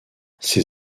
ses